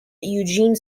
eugene